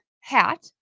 hat